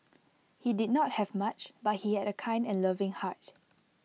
he did not have much but he had A kind and loving heart